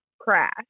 crash